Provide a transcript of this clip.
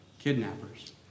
kidnappers